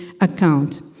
account